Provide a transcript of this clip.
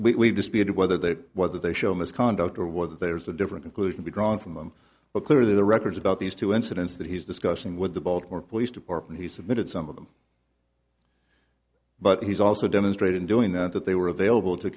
we disputed whether they whether they show misconduct or what there's a different conclusion be drawn from them but clear the records about these two incidents that he's discussing with the baltimore police department he submitted some of them but he's also demonstrated in doing that that they were available to